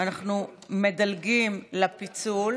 אנחנו מדלגים לפיצול: